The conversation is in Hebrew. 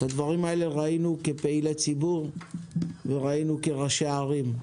את הדברים האלה ראינו כפעילי ציבור וכראשי ערים.